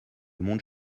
monde